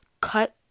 cut